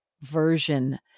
version